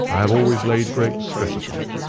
i have always laid great stress upon it,